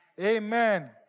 Amen